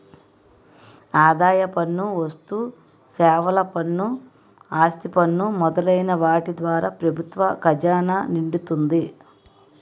ఆదాయ పన్ను వస్తుసేవల పన్ను ఆస్తి పన్ను మొదలైన వాటి ద్వారా ప్రభుత్వ ఖజానా నిండుతుంది